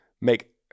Make